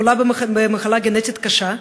חולה במחלה גנטית קשה,